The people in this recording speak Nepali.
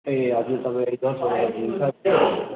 ए हजुर तपाईँ